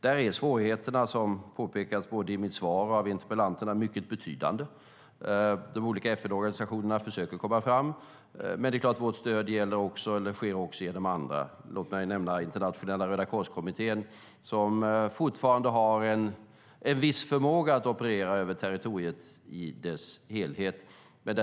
Där är svårigheterna, som påpekas i mitt svar och av interpellanterna, mycket betydande. De olika FN-organisationerna försöker komma fram, men det är klart att vårt stöd också ges genom andra. Låt mig nämna Internationella rödakorskommittén, som fortfarande har viss förmåga att operera över territoriet i dess helhet.